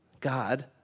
God